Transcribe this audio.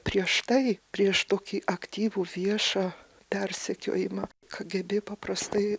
prieš tai prieš tokį aktyvų viešą persekiojimą kgb paprastai